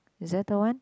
is that the one